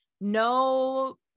no